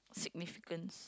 significance